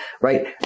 right